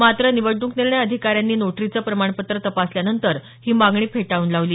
मात्र निवडणूक निर्णय अधिकाऱ्यांनी नोटरीचं प्रमाणपत्र तपासल्यानंतर ही मागणी फेटाळून लावली